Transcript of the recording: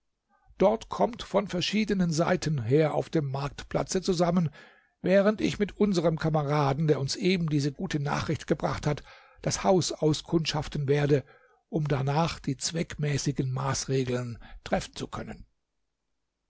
dort kommt von verschiedenen seiten her auf dem marktplatze zusammen während ich mit unserm kameraden der uns eben diese gute nachricht gebracht hat das haus auskundschaften werde um darnach die zweckmäßigen maßregeln treffen zu können